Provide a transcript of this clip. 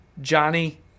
Johnny